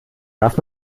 darf